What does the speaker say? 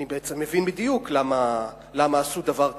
אני בעצם מבין בדיוק למה עשו דבר כזה,